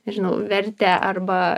nežinau vertę arba